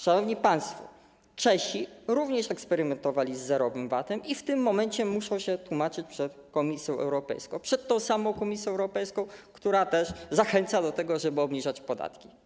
Szanowni państwo, Czesi również eksperymentowali z zerowym VAT-em i w tym momencie muszą się tłumaczyć przed Komisją Europejską, przed tą samą Komisją Europejską, która zachęca do tego, żeby obniżać podatki.